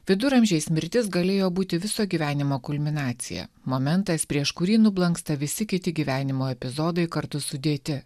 viduramžiais mirtis galėjo būti viso gyvenimo kulminacija momentas prieš kurį nublanksta visi kiti gyvenimo epizodai kartu sudėti